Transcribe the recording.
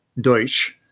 Deutsch